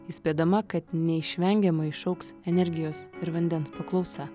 įspėdama kad neišvengiamai išaugs energijos ir vandens paklausa